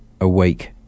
awake